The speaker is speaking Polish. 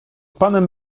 panem